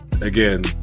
again